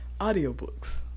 audiobooks